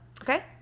Okay